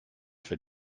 for